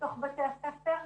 בתוך בתי הספר,